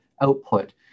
output